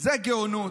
זאת גאונות.